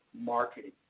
marketing